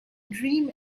dream